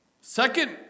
Second